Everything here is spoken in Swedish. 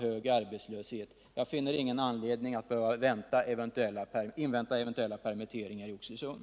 Jag anser att man inte behöver invänta eventuella permitteringar i Oxelösund.